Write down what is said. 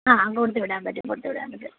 ആ കൊടുത്ത് വിടാൻ പറ്റും കൊടുത്ത് വിടാൻ പറ്റും